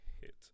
hit